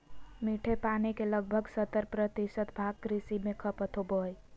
मीठे पानी के लगभग सत्तर प्रतिशत भाग कृषि में खपत होबो हइ